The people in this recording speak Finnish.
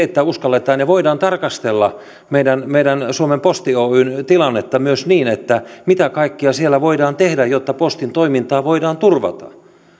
että uskalletaan ja voidaan tarkastella suomen posti oyn tilannetta myös niin että mitä kaikkea siellä voidaan tehdä jotta postin toimintaa voidaan turvata